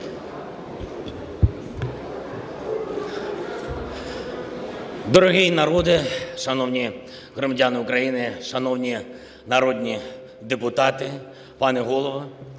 Дорогий народе! Шановні громадяни України! Шановні народні депутати! Пане Голово,